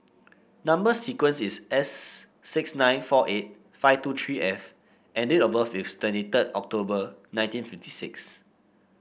number sequence is S six nine four eight five two three F and date of birth is twenty third October nineteen fifty six